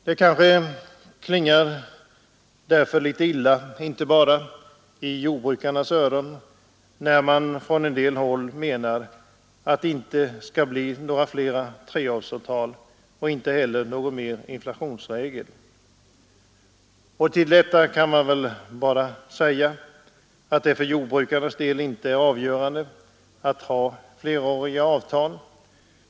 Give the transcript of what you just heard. Det kanske därför klingar litet illa, inte bara i jordbrukarnas öron, när man på en del håll anser att det inte bör träffas fler treårsavtal och inte heller något mer avtal om en inflationsregel. Till detta kan bara sägas att det för jordbrukarnas del inte är avgörande att de får fleråriga avtal.